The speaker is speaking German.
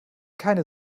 keine